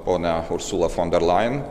ponią ursulą fon der lajen